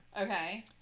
Okay